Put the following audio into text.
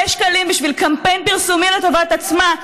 שקלים בשביל קמפיין פרסומי לטובת עצמה,